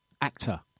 actor